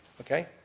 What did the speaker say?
Okay